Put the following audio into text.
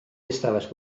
ystafell